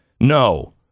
No